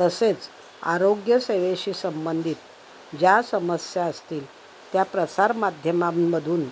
तसेच आरोग्यसेवेशी संबंधित ज्या समस्या असतील त्या प्रसारमाध्यमांमधून